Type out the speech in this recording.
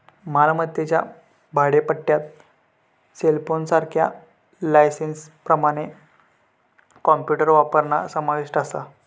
मालमत्तेच्या भाडेपट्ट्यात सेलफोनसारख्या लायसेंसप्रमाण कॉम्प्युटर वापरणा समाविष्ट असा